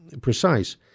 precise